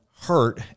hurt